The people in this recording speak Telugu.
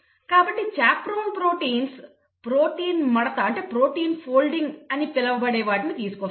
కాబట్టి చాపెరోన్ ప్రోటీన్లు ప్రోటీన్ మడత అని పిలవబడే వాటిని తీసుకువస్తాయి